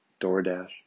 DoorDash